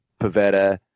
pavetta